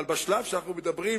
אבל בשלב שאנחנו מדברים,